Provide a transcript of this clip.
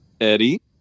Eddie